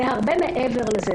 זה הרבה מעבר לכך.